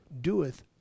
doeth